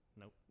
Nope